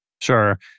Sure